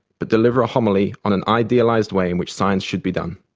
but deliver a homily on an idealized way in which science should be done.